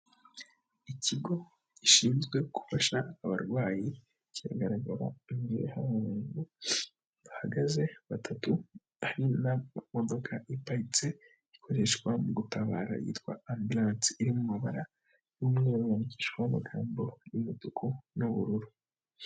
Ikigo gishinzwe gufasha abarwayi, kiragaragara imbere hari abantu bahagaze batatu, harimo imodoka iparitse ikoreshwa mu gutabara yitwa Ambiranse iri mabara y'umweru yandikishijweho amagambo y'umutuku n'ubururu.